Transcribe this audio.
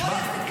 נשבע.